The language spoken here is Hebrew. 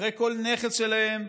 אחרי כל נכס שלהם,